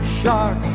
shark